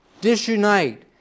disunite